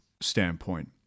standpoint